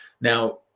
now